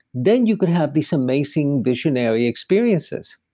then you can have these amazing visionary experiences.